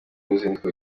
uruzinduko